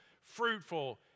fruitful